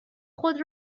خود